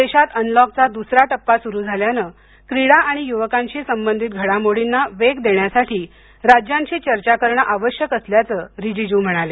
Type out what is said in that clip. देशात अनलॉकचा दुसरा टप्पा सुरू झाल्यानं क्रीडा आणि युवकांशी संबंधित घडामोडींना वेग देण्यासाठी राज्यांशी चर्चा करणं आवश्यक असल्याचं रीजिजू म्हणाले